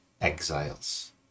exiles